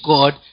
God